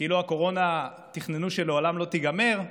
כאילו הקורונה, תכננו שלעולם לא תיגמר.